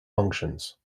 functions